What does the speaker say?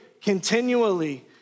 continually